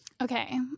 Okay